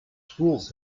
schools